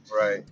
Right